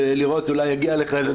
לראות אולי יגיע לך.